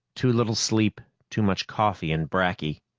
too little sleep, too much coffee and bracky.